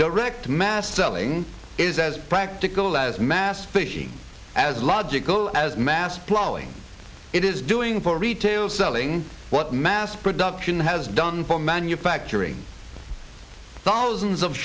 direct mass selling is as practical as mass fishing as logical as mass blowing it is doing for retail selling what mass production has done for manufacturing thousands of